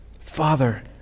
Father